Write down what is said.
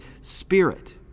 Spirit